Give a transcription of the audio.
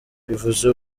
bivuze